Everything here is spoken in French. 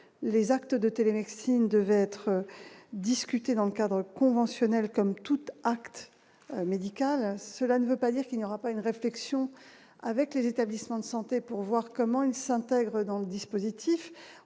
les actes de télémédecine, devait être discuté dans le cadre. Conventionnel comme toute acte médical, cela ne veut pas dire qu'il n'y aura pas une réflexion avec les établissements de santé, pour voir comment ils s'intègrent dans le dispositif,